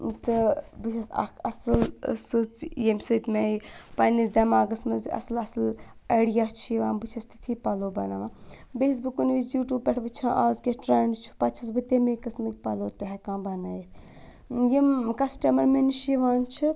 تہٕ بہٕ چھٮ۪س اَکھ اَصٕل سٕژ ییٚمہِ سۭتۍ مےٚ پَنٛنِس دٮ۪ماغَس منٛز اَصٕل اَصٕل اَیڈیا چھِ یِوان بہٕ چھٮ۪س تِتھی پَلو بَناوان بیٚیہِ چھٮ۪س بہٕ کُنہِ وِز یوٗٹوٗب پٮ۪ٹھ وٕچھان اَز کیاہ ٹرٛیٚنڈ چھُ پَتہٕ چھٮ۪س بہٕ تَمے قٕسمٕکۍ پَلو تہِ ہیٚکان بَنٲیِتھ یِم کَسٹَمَر مےٚ نِش یِوان چھِ